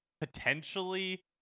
potentially